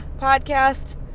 podcast